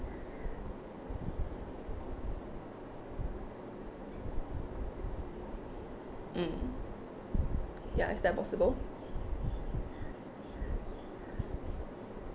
mm ya is that possible